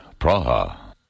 Praha